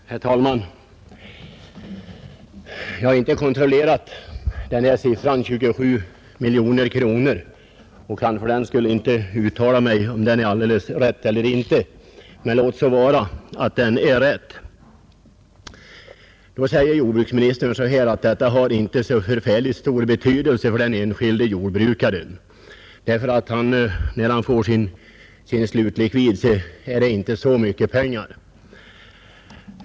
Herr talman! Jag har inte kontrollerat siffran 27 miljoner och skall inte uttala mig om huruvida den är helt rätt, men vi kan förutsätta att den är rätt. Jordbruksministern säger då att detta inte har så särskilt stor betydelse för den enskilde jordbrukaren, ty när han får sin slutlikvid är det inte så mycket pengar.